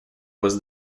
was